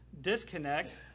disconnect